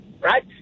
Right